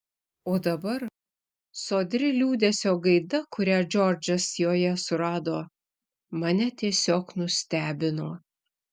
o dabar sodri liūdesio gaida kurią džordžas joje surado mane tiesiog nustebino